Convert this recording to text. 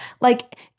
Like-